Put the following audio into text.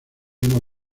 hemos